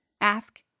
Ask